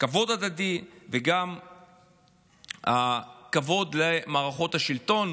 כבוד הדדי וגם כבוד למערכות השלטון,